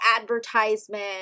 advertisement